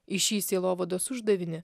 į šį sielovados uždavinį